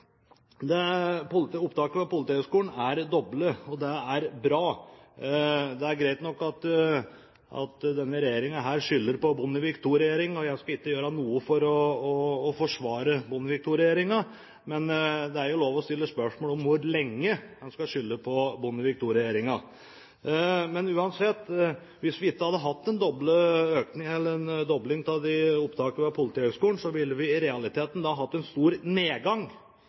det ansvaret. Opptaket ved Politihøgskolen er doblet, og det er bra. Det er greit nok at denne regjeringen skylder på Bondevik II-regjeringen. Jeg skal ikke gjøre noe for å forsvare Bondevik II-regjeringen, men det er jo lov å stille spørsmål om hvor lenge man skal skylde på Bondevik II-regjeringen. Men uansett, hvis vi ikke hadde hatt en dobling av opptakene på Politihøgskolen, ville vi i realiteten hatt en stor nedgang